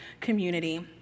community